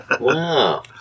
Wow